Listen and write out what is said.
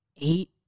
Eight